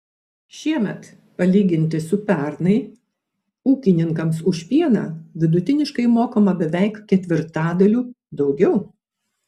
šiemet palyginti su pernai ūkininkams už pieną vidutiniškai mokama beveik ketvirtadaliu daugiau